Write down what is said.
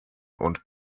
und